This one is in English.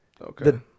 Okay